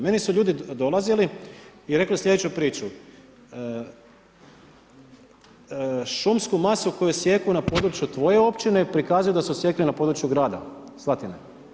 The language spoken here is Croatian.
Meni su ljudi dolazili i rekli slijedeću priču: Šumsku masu koju sijeku na području tvoje općine, prikazuju da su sjekli na području grada Slatine.